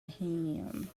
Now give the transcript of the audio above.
him